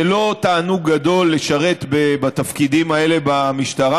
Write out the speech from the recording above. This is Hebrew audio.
זה לא תענוג גדול לשרת בתפקידים האלה במשטרה.